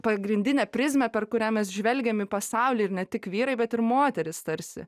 pagrindinė prizmė per kurią mes žvelgiam į pasaulį ir ne tik vyrai bet ir moterys tarsi